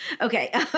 Okay